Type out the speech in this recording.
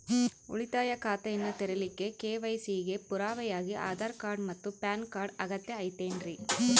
ಉಳಿತಾಯ ಖಾತೆಯನ್ನ ತೆರಿಲಿಕ್ಕೆ ಕೆ.ವೈ.ಸಿ ಗೆ ಪುರಾವೆಯಾಗಿ ಆಧಾರ್ ಮತ್ತು ಪ್ಯಾನ್ ಕಾರ್ಡ್ ಅಗತ್ಯ ಐತೇನ್ರಿ?